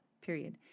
period